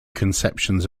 conceptions